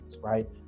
right